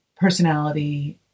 personality